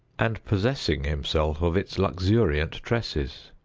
and possessing himself of its luxuriant tresses.